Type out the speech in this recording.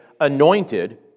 anointed